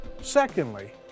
Secondly